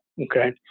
okay